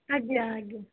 ଆଜ୍ଞା ଆଜ୍ଞା